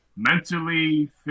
mentally